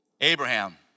Abraham